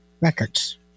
Records